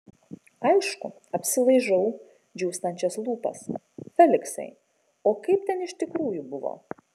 aišku apsilaižau džiūstančias lūpas feliksai o kaip ten iš tikrųjų buvo